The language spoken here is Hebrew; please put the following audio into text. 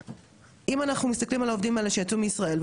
ואנחנו יודעים שאוטוטו הולכים להוריד את הכספים,